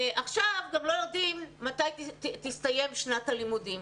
עכשיו גם לא יודעים מתי תסתיים שנת הלימודים.